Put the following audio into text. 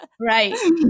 Right